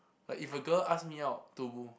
like if a girl ask me out to